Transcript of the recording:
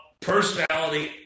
personality